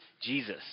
Jesus